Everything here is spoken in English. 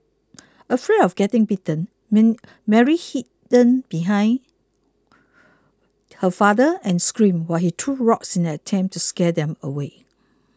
afraid of getting bitten men Mary hidden behind her father and screamed while he threw rocks in an attempt to scare them away